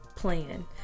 plan